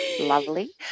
Lovely